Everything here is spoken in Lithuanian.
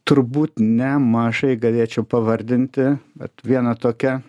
turbūt ne mažai galėčiau pavardinti bet viena tokia